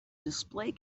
display